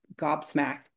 gobsmacked